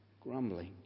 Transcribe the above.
grumbling